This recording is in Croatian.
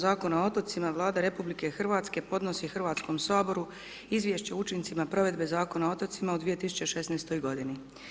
Zakona o otocima, Vlada RH podnosi Hrvatskom saboru Izvješće o učincima provedbe Zakona o otocima u 2016. godini.